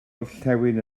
orllewin